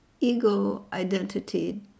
ego-identity